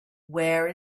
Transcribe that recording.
where